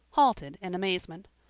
halted in amazement.